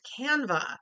Canva